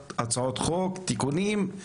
הצעות חוק ותיקונים,